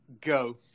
go